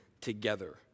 together